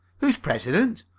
who's president.